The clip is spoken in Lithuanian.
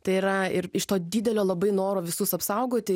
tai yra ir iš to didelio labai noro visus apsaugoti